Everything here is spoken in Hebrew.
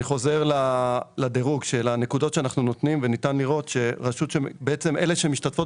אני חוזר לדירוג של הנקודות שאנחנו נותנים וניתן לראות שאלה שמשתתפות